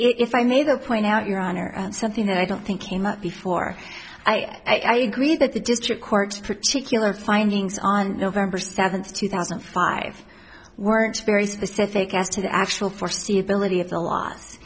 if i made a point out your honor something that i don't think came up before i agreed that the district court particular findings on november seventh two thousand and five weren't very specific as to the actual foreseeability it's a lo